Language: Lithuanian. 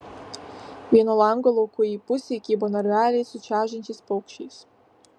vieno lango laukujėj pusėj kybo narveliai su čežančiais paukščiais